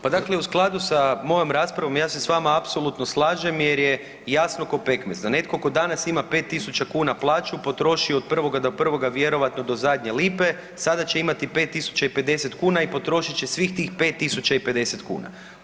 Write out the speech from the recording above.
Pa dakle u skladu sa mojom raspravom ja se s vama apsolutno slažem jer je jasno ko pekmez, da netko tko danas ima 5.000 kuna plaću potroši do 1. do 1. vjerojatno do zadnje lipe, sada će imati 5.050 kuna i potrošit će svih tih 5.050 kuna.